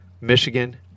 Michigan